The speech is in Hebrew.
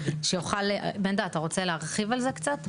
שיוכל להרחיב על זה קצת.